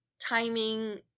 timing